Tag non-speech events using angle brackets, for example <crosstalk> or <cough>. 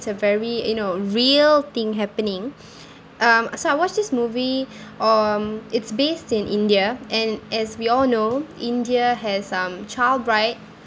a very you know real thing happening <noise> um so I watched this movie um it's based in india and as we all know india has um child bride